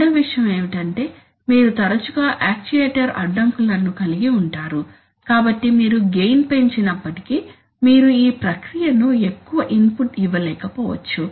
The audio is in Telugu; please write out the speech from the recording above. రెండవ విషయం ఏమిటంటే మీరు తరచుగా యాక్చుయేటర్ అడ్డంకులను కలిగి ఉంటారు కాబట్టి మీరు గెయిన్ పెంచినప్పటికీ మీరు ఈ ప్రక్రియకు ఎక్కువ ఇన్పుట్ ఇవ్వలేకపోవచ్చు